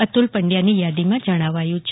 અતુલ પંડ્યાની યાદીમાં જણાવાયુ છે